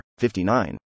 59